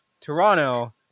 Toronto